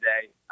today